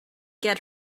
get